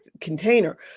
container